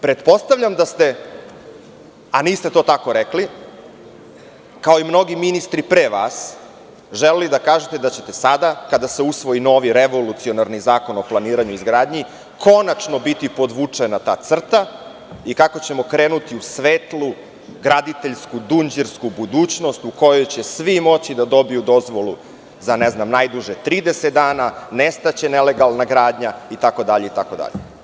Pretpostavljam da ste, a niste to tako rekli, kao i mnogi ministri pre vas, želeli da kažete da će sada, kada se usvoji novi, revolucionarni zakon o planiranju i izgradnji, konačno biti podvučena ta crta i kako ćemo krenuti u svetlu, graditeljsku, dunđersku budućnost u kojoj će svi moći da dobiju dozvolu za najduže 30 dana, nestaće nelegalna gradnja, itd, itd.